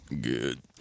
Good